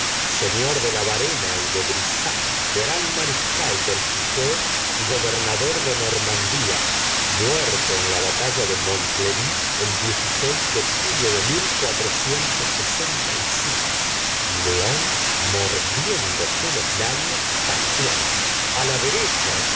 seiíor de la varena y de brissac gran mariscal del pitou y gobernador de normandia muerto en la batalla de liontléry el lg de julio de león mordiéndose los labios pateaba a la derecha